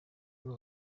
paul